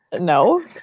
No